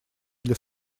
для